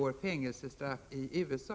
straffi USA